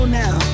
now